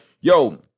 Yo